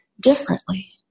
differently